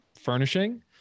furnishing